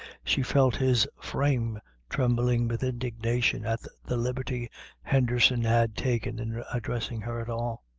she felt his frame trembling with indignation at the liberty henderson had taken in addressing her at all.